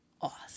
awesome